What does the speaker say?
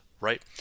right